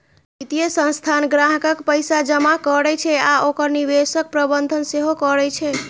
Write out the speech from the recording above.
वित्तीय संस्थान ग्राहकक पैसा जमा करै छै आ ओकर निवेशक प्रबंधन सेहो करै छै